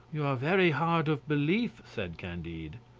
you are very hard of belief, said candide.